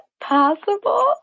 possible